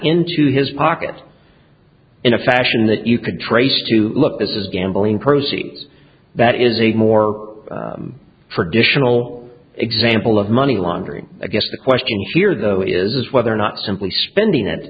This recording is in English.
into his pockets in a fashion that you can trace to look this is gambling proceeds that is a more traditional example of money laundering i guess the question here though is whether or not simply spending it